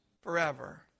Forever